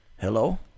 Hello